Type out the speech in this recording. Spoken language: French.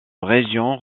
région